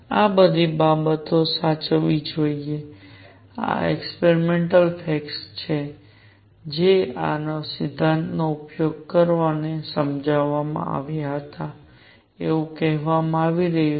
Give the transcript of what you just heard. આ બધી બાબતોને સાચવવી જોઈએ આ એક્સપેરિમેન્ટલ ફેક્ટ્સ છે જે આ સિદ્ધાંતો નો ઉપયોગ કરીને સમજાવવામાં આવ્યા હતા એવું કહેવામાં આવી રહ્યુ છે